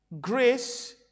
grace